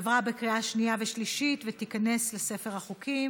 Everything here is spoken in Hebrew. עברה בקריאה שנייה ושלישית ותיכנס לספר החוקים.